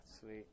sweet